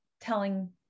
telling